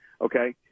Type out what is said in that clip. Okay